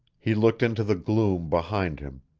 he looked into the gloom behind him,